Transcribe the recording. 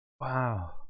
Wow